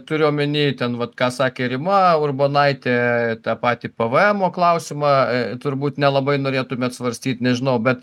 turiu omeny ten vat ką sakė rima urbonaitė tą patį pvmo klausimą a turbūt nelabai norėtumėt svarstyt nežinau bet